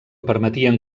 permetien